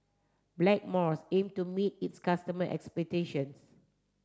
Blackmore aim to meet its customer expectation